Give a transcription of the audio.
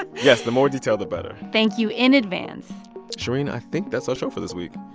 yes, the more detailed, the better thank you in advance shereen, i think that's our show for this week.